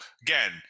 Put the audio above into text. again